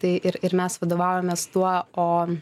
tai ir ir mes vadovavomės tuo o